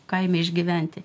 kaime išgyventi